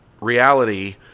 reality